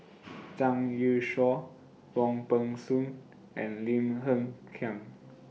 Zhang Youshuo Wong Peng Soon and Lim Hng Kiang